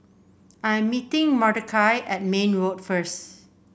I'm meeting Mordechai at Mayne Road first